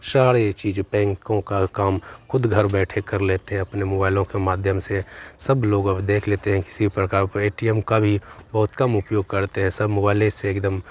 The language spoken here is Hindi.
सारी चीज़ों बैंकों का काम खुद घर बैठे कर लेते हैं अपने मोबाइलों के माध्यम से सब लोग अब देख लेते हैं किसी भी प्रकार का कोई ए टी एम का भी बहुत कम उपयोग करते हैं सब मोबाइले से एकदम